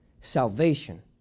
salvation